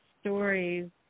stories